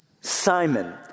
Simon